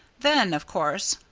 then, of course,